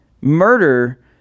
murder